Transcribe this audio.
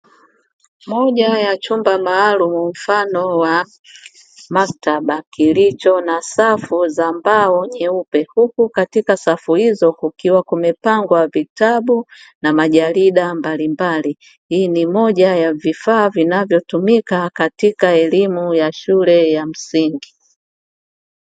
Moja ya chumba maalumu mfano wa maktaba kilicho na safu za mbao nyeupe, huku katika safu hizo kukiwa kumepangwa vitabu na majarida mbalimbali. Hii ni moja ya vifaa vinavyotumika katika elimu ya shule ya msingi.